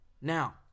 Now